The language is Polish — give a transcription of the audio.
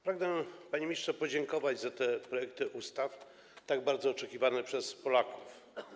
Pragnę, panie ministrze, podziękować za te projekty ustaw, tak bardzo oczekiwane przez Polaków.